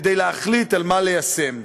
כדי להחליט מה ליישם.